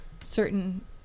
certain